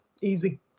Easy